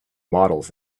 models